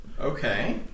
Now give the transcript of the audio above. Okay